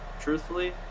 truthfully